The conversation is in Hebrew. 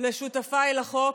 לשותפיי לחוק,